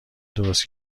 درست